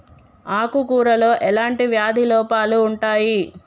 ఆకు కూరలో ఎలాంటి వ్యాధి లోపాలు ఉంటాయి?